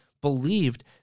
believed